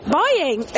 buying